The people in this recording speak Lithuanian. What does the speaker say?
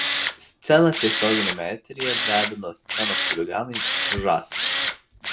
sceną tiesioginiame eteryje drebino scenos chuliganai žas